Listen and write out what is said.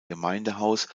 gemeindehaus